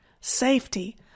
safety